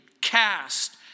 cast